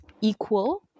equal